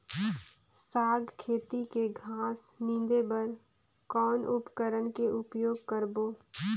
साग खेती के घास निंदे बर कौन उपकरण के उपयोग करबो?